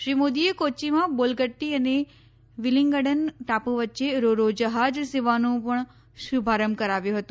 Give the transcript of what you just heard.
શ્રી મોદીએ કોચ્ચીમાં બોલ્ગટ્ટી અને વિલિંગડન ટાપુ વચ્ચે રો રો જહાજ સેવાનો પણ શુભારંભ કરાવ્યો હતો